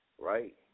right